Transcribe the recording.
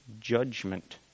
judgment